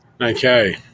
Okay